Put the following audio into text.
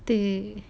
对